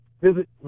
visit